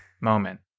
Moment